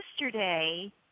yesterday